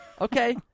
Okay